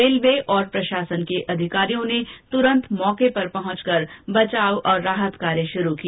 railway और प्रशासन के अधिकारियों ने तुरंत मौके पर पहुंच कर बचाव और राहत कार्य शुरू किया